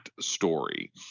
story